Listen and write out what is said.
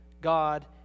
God